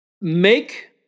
Make